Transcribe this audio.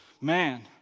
man